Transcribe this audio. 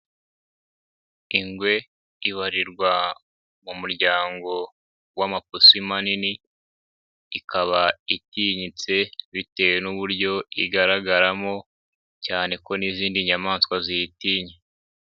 Ingwe ibarirwa mu muryango w'amapusi manini, ikaba itinyitse, bitewe n'uburyo igaragaramo, cyane ko n'izindi nyamanswa ziyitinya.